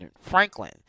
Franklin